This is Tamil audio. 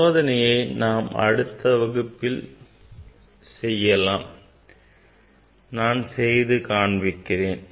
சோதனையை அடுத்த வகுப்பில் செய்து காண்பிக்கிறேன்